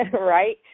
Right